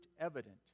evident